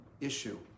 issue